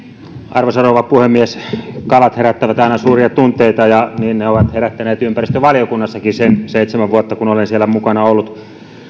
arvoisa rouva puhemies kalat herättävät aina suuria tunteita ja niin ne ovat herättäneet ympäristövaliokunnassakin sen seitsemän vuotta kun olen siellä mukana ollut